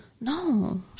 No